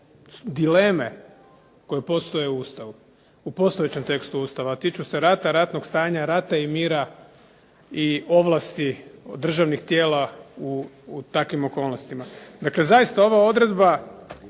dileme koje postoje u Ustavu, u postojećem tekstu Ustava, a tiču se rata, ratnog stanja, rata i mira i ovlasti državnih tijela u takvim okolnostima. Dakle zaista ova odredba,